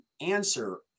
answer